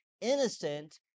innocent